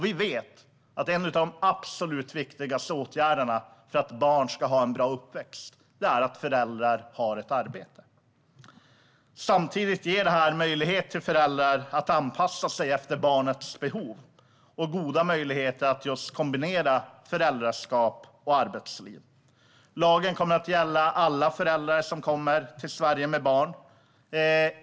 Vi vet att en av de absolut viktigaste åtgärderna för att barn ska ha en bra uppväxt är att föräldrarna har ett arbete. Samtidigt ger detta föräldrar möjlighet att anpassa sig efter barnets behov och goda möjligheter att kombinera föräldraskap och arbetsliv. Lagen kommer att gälla alla föräldrar som kommer till Sverige med barn.